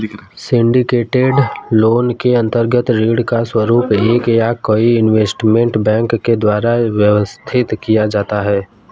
syndicated loan के अंतर्गत ऋण का स्वरूप एक या कई इन्वेस्टमेंट बैंक के द्वारा व्यवस्थित किया जाता है